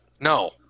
No